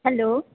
hello